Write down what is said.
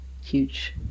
huge